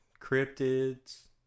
cryptids